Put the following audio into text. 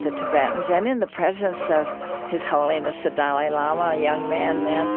the tibetans and in the presence of his holiness the dalai lama, a young man then,